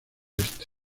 oeste